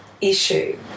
issue